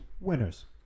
winners